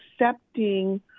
accepting